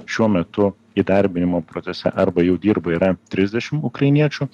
šiuo metu įdarbinimo procese arba jau dirba yra trisdešim ukrainiečių